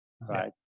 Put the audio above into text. right